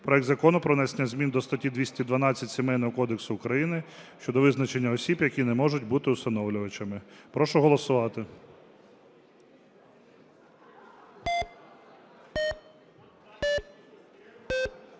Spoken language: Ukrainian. проект Закону про внесення змін до статті 212 Сімейного кодексу України щодо визначення осіб, які не можуть бути усиновлювачами. Прошу голосувати.